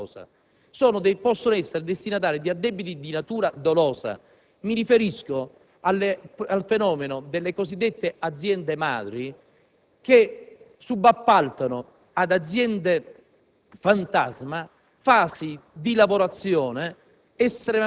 in caso di infortuni sul lavoro, non possono essere destinatarie di addebiti di natura colposa, ma di addebiti di natura dolosa. Mi riferisco al fenomeno delle cosiddette aziende madri